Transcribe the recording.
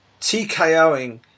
TKOing